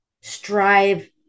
strive